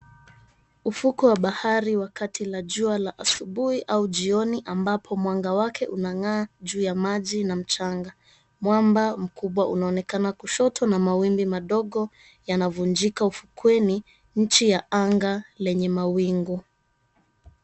Ufukwe wa bahari wakati la jua la asubui au jioni ambapo mwanga wake unang'aa juu ya maji na mchanga, mwamba mkubwa unaonekana kushoto na mawimbi madogo yanavunjika ufukweni nchi ya anga lenye mawingu.